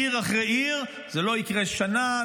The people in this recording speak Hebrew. עיר אחרי עיר, זה לא יקרה שנה.